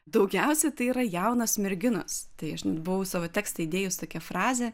daugiausia tai yra jaunos merginos tai aš buvau savo tekste įdėjus tokią frazę